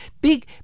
big